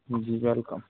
जी welcome